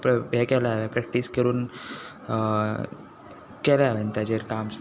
प्र हे केलां हांवें प्रॅक्टीस करून केलें हांवें तेजेर काम